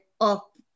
up